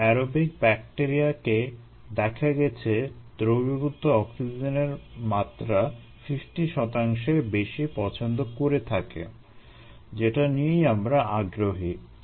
অনেক অ্যারোবিক ব্যাকটেরিয়াকে দেখে গেছে দ্রবীভূত অক্সিজেন মাত্রা 50 শতাংশের বেশি পছন্দ করে থাকে যেটা নিয়েই আমরা আগ্রহী